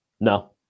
no